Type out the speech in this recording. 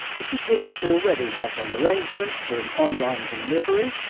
if you didn't already have an arrangement for an online delivery,